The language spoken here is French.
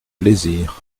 plaisir